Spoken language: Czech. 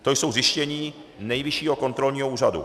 To jsou zjištění Nejvyššího kontrolního úřadu.